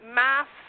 mass